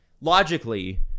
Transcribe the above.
logically